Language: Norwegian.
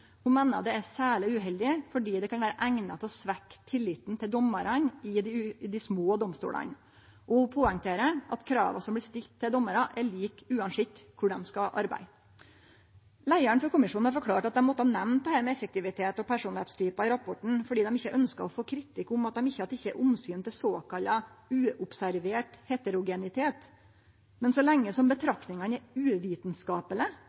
meiner det er særleg uheldig fordi det kan vere eigna til å svekkje tilliten til dommarane i dei små domstolane, og poengterer at krava som blir stilte til dommarar, er like uansett kvar dei skal arbeide. Leiaren for kommisjonen har forklart at dei har måtta nemne dette med effektivitet og personlegdomstypar i rapporten fordi dei ikkje ønskjer å få kritikk for at dei ikkje har teke omsyn til såkalla uobservert heterogenitet, men så lenge